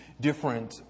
different